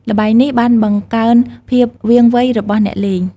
ល្បែងនេះបានបង្កើនភាពវាងវៃរបស់អ្នកលេង។